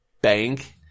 bank